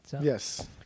Yes